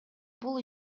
бул